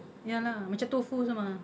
ya lah macam too full sama ah